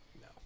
No